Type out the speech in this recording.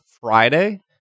friday